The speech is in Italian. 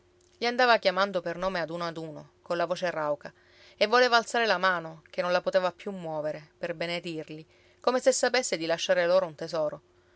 i andava chiamando per nome ad uno ad uno colla voce rauca e voleva alzare la mano che non la poteva più muovere per benedirli come se sapesse di lasciare loro un tesoro